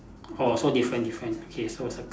orh so different different okay so circle